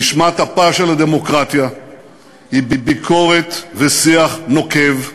נשמת אפה של הדמוקרטיה היא ביקורת ושיח נוקב.